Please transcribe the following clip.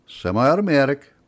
semi-automatic